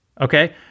okay